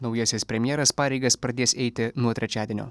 naujasis premjeras pareigas pradės eiti nuo trečiadienio